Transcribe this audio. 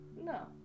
No